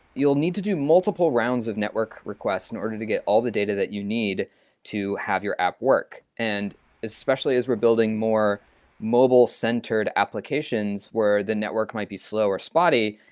you'll need to do multiple rounds of network requests in order to get all the data that you need to have your app work, and especially as we're building more mobile-centered applications where the network might be slow or spotty,